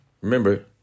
remember